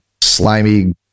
slimy